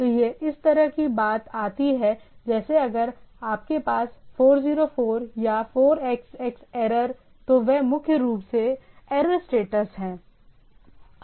तो यह इस तरह की बात आती है जैसे अगर आपके पास 404 या 4xx एरर तो वे मुख्य रूप से एरर स्टेटस हैं